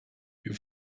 you